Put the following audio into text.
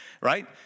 right